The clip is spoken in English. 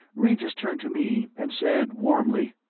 regis turned to me, and said warmly,